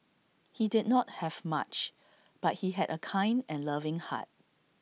he did not have much but he had A kind and loving heart